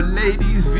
ladies